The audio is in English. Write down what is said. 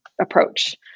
approach